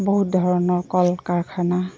বহুত ধৰণৰ কল কাৰখানা